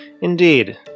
Indeed